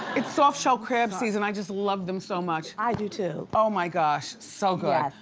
it's softshell crab season, i just love them so much. i do too. oh my gosh, so good. yes.